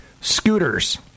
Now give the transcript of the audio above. Scooters